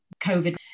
COVID